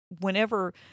whenever